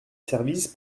services